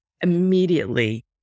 immediately